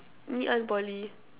Ngee-Ann-Poly